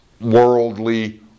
worldly